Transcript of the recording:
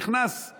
נכנסו